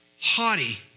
haughty